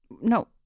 No